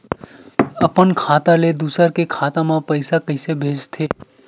अपन खाता ले दुसर के खाता मा पईसा कइसे भेजथे?